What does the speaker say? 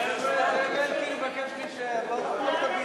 הצעת חוק-יסוד: הכנסת (תיקון,